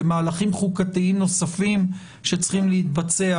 על מהלכים חוקתיים נוספים שצריכים להתבצע